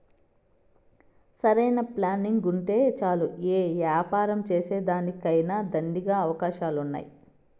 సరైన ప్లానింగుంటే చాలు యే యాపారం సేసేదానికైనా దండిగా అవకాశాలున్నాయి